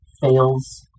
fails